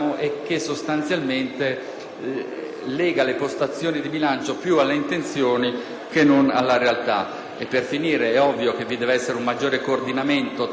lega le postazioni di bilancio più alle intenzioni che alla realtà. È ovvio che deve esservi un maggiore coordinamento tra i vari soggetti